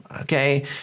okay